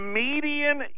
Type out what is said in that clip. median